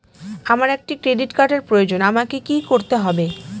আমার একটি ক্রেডিট কার্ডের প্রয়োজন আমাকে কি করতে হবে?